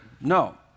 no